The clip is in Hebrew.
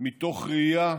מתוך ראייה